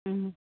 ꯎꯝ